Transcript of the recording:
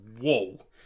whoa